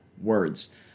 words